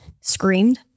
screamed